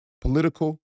political